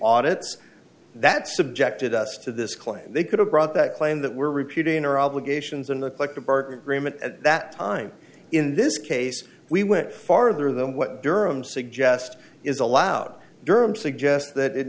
audits that subjected us to this claim they could have brought that claim that we're repeating or obligations and the like to burke agreement at that time in this case we went farther than what durham suggest is allowed durham suggests that it